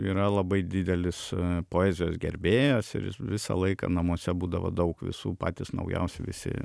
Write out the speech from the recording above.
yra labai didelis poezijos gerbėjas ir visą laiką namuose būdavo daug visų patys naujausi visi